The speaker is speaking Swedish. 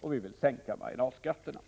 och sänka marginalskatterna.